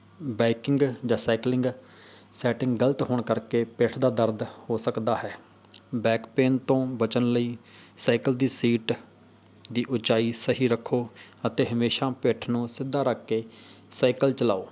biking ਜਾਂ cycling setting ਗਲਤ ਹੋਣ ਕਰਕੇ ਪਿੱਠ ਦਾ ਦਰਦ ਹੋ ਸਕਦਾ ਹੈ ਬੈਕ ਪੇਨ ਤੋਂ ਬਚਣ ਲਈ ਸਾਈਕਲ ਦੀ ਸੀਟ ਦੀ ਉੱਚਾਈ ਸਹੀ ਰੱਖੋ ਅਤੇ ਹਮੇਸ਼ਾ ਪਿੱਠ ਨੂੰ ਸਿੱਧਾ ਰੱਖ ਕੇ ਸਾਈਕਲ ਚਲਾਓ